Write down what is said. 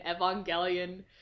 Evangelion